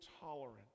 tolerant